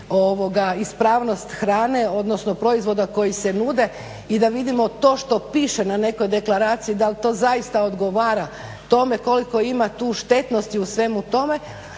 ispravnost hrane, odnosno proizvoda koji se nude i da vidimo to što piše na nekoj deklaraciji da li to zaista odgovara tome koliko ima tu štetnosti u svemu tome.